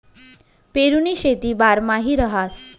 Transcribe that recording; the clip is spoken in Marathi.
पेरुनी शेती बारमाही रहास